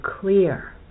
clear